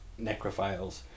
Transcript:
necrophiles